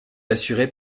assurée